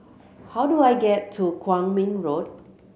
how do I get to Kwong Min Road